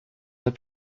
dans